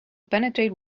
penetrate